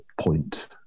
point